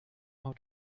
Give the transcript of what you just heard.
how